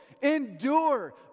Endure